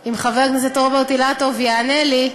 אם חבר הכנסת רוברט אילטוב יענה לי,